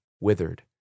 withered